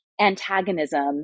antagonism